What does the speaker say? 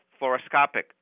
fluoroscopic